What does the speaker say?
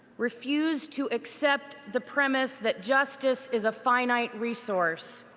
refuse to accept the premise that justice is a finite resource.